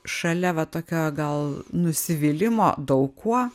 šalia va tokio gal nusivylimo daug kuo